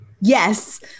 Yes